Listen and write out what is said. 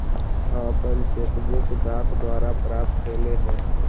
हम अपन cheque book डाक द्वारा प्राप्त कईली हे